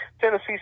Tennessee